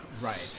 Right